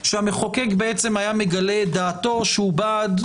שהמחוקק היה מגלה את דעתו שהוא אומר: